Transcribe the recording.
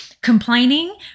complaining –